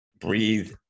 breathe